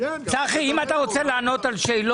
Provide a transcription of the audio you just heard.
אחת המועצות האזוריות